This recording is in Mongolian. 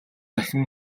дахин